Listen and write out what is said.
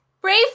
Brave